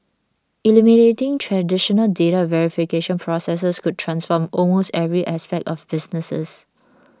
eliminating traditional data verification processes could transform almost every aspect of businesses